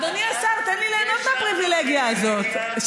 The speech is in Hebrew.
אדוני השר, תן לי ליהנות מהפריבילגיה הזאת.